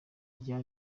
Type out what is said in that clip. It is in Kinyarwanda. rya